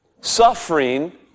Suffering